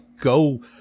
go